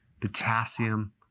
potassium